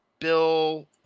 Bill